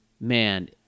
Man